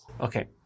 Okay